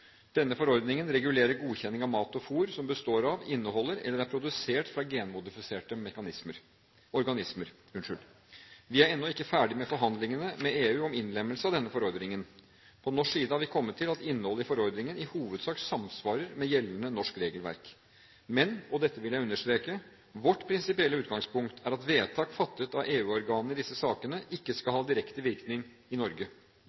Denne forordningen regulerer godkjenning av mat og fôr som består av, inneholder eller er produsert fra genmodifiserte organismer. Vi er ennå ikke ferdige med forhandlingene med EU om innlemmelse av denne forordningen. På norsk side har vi kommet til at innholdet i forordningen i hovedsak samsvarer med gjeldende norsk regelverk. Men – og dette vil jeg understreke – vårt prinsipielle utgangspunkt er at vedtak fattet av EU-organene i disse sakene ikke skal ha direkte virkning i Norge.